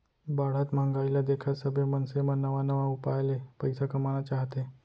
बाढ़त महंगाई ल देखत सबे मनसे मन नवा नवा उपाय ले पइसा कमाना चाहथे